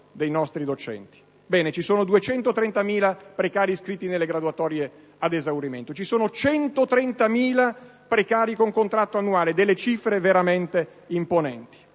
dei nostri docenti. Ci sono 230.000 precari iscritti nelle graduatorie ad esaurimento, ci sono 130.000 precari con contratto annuale, delle cifre veramente imponenti.